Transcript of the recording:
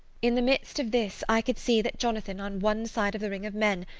in the midst of this i could see that jonathan on one side of the ring of men,